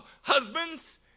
husbands